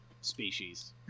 species